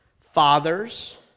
fathers